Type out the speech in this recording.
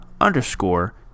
underscore